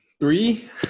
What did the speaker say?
Three